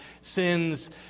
sins